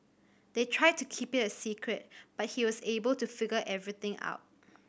they tried to keep it a secret but he was able to figure everything out